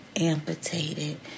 amputated